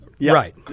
Right